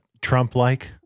Trump-like